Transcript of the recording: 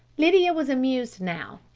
lydia was amused now.